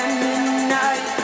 midnight